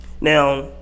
now